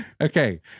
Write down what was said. Okay